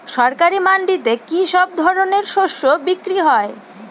সরকারি মান্ডিতে কি সব ধরনের শস্য বিক্রি হয়?